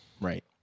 Right